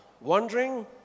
wondering